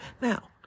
Now